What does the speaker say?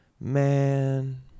man